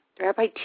Rabbi